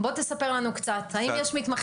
בוא תספר לנו קצת: האם יש מתמחים